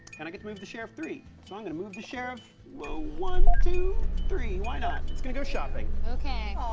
and i get to move the sheriff three, so i'm gonna move the sheriff one, two, three, why not, it's gonna go shopping. okay. aww.